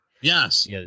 Yes